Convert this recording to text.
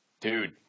Dude